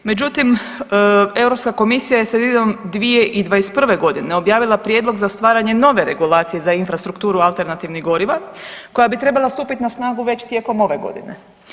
Međutim, Europska komisija je sredinom 2021. godine objavila prijedlog za stvaranje nove regulacije za infrastrukturu alternativnih goriva koja bi trebala stupiti na snagu već tijekom ove godine.